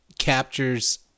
captures